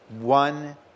one